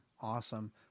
Awesome